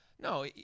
no